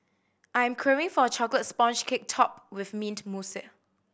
I am craving for a chocolate sponge cake topped with mint mousse